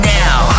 now